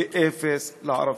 ואפס לערבים.